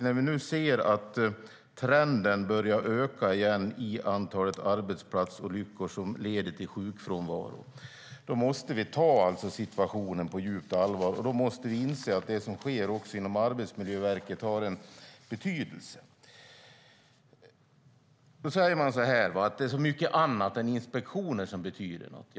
När vi ser en ökande trend i antalet arbetsplatsolyckor som leder till sjukfrånvaro måste vi ta situationen på djupt allvar och inse att det som sker på Arbetsmiljöverket har betydelse. Då säger man att det är så mycket annat än inspektioner som betyder något.